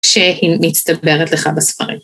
שהיא מצטברת לך בספרים.